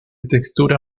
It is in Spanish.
textura